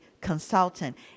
Consultant